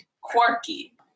quirky